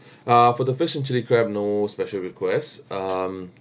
uh for the fish and chilli crab no special requests um